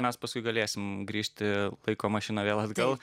mes paskui galėsim grįžti laiko mašina vėl atgal